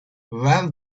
well